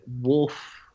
Wolf